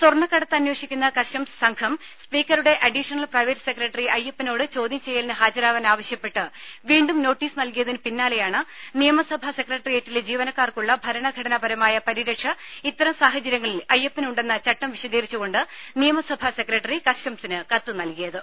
സ്വർണക്കടത്ത് അന്വേഷിക്കുന്ന കസ്റ്റംസ് സംഘം സ്പീക്കറുടെ അഡീഷണൽ പ്രൈവറ്റ് സെക്രട്ടറി അയ്യപ്പനോട് ചോദ്യം ചെയ്യല്ലിന് ഹാജരാവാൻ ആവശ്യപ്പെട്ട് വീണ്ടും നോട്ടീസ് നൽകിയതിന് പിന്നാലെയാണ് നിയമസഭാ ഭരണഘടനാപരമായ പരിരക്ഷ ഇത്തരം സാഹചര്യങ്ങളിൽ അയ്യപ്പന് ഉണ്ടെന്ന ചട്ടം വിശദീകരിച്ചു കൊണ്ട് നിയമസഭാ സെക്രട്ടറി കസ്റ്റംസിന് കത്ത് നൽകിയത്